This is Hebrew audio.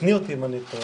ותקני אותי אם אני טועה,